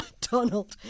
Donald